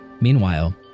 Meanwhile